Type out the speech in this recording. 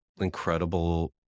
incredible